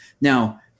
Now